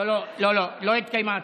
לא, לא התקיימה הצבעה.